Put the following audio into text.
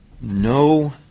no